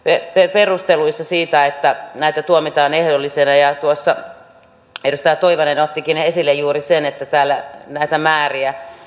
perusteluissa todetaan siitä että näitä tuomitaan ehdollisena ja tuossa edustaja tolvanen ottikin esille juuri näitä määriä